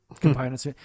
components